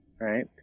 Right